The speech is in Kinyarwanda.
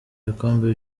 ibikombe